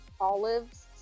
olives